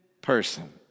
person